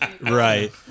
Right